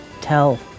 tell